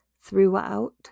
throughout